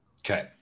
okay